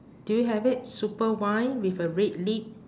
do you have it super wine with a red lid